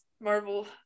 marvel